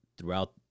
throughout